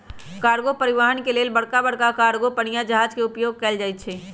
cargo परिवहन के लेल बड़का बड़का कार्गो पनिया जहाज के उपयोग कएल जाइ छइ